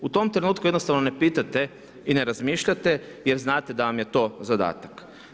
U tom trenutku jednostavno ne pitate i ne razmišljate jer znate da vam je to zadatak.